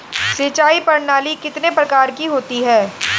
सिंचाई प्रणाली कितने प्रकार की होती हैं?